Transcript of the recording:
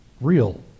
real